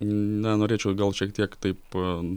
na norėčiau gal šiek tiek taip